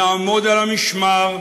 לעמוד על המשמר,